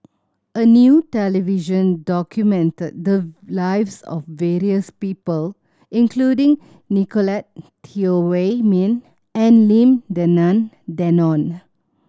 a new television documented the lives of various people including Nicolette Teo Wei Min and Lim Denan Denon